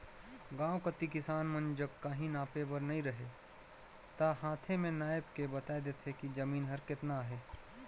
गाँव कती किसान मन जग काहीं नापे बर नी रहें ता हांथे में नाएप के बताए देथे कि जमीन हर केतना अहे